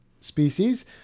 species